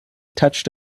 touched